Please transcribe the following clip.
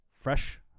fresh